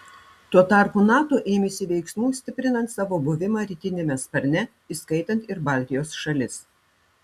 tuo tarpu nato ėmėsi veiksmų stiprinant savo buvimą rytiniame sparne įskaitant ir baltijos šalis